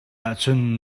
ahcun